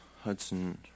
Hudson